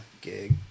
gig